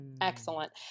Excellent